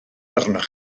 arnoch